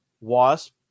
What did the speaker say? Wasp